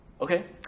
okay